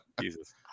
Jesus